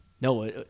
No